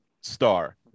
star